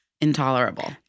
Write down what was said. intolerable